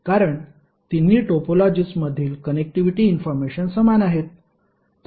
कारण तिन्ही टोपोलॉजीज मधील कनेक्टिव्हिटी इन्फॉर्मेशन समान आहेत